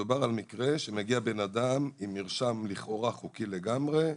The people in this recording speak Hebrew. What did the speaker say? מדובר על מקרה שמגיע בן אדם עם מרשם לכאורה חוקי לגמרי,